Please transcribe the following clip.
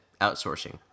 outsourcing